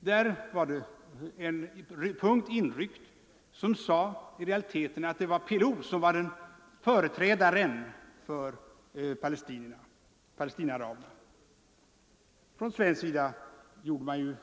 Där var en punkt inryckt som i realiteten betydde att det var PLO som var företrädaren för Palestinaaraberna. Som alla här i riksdagen